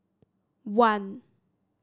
one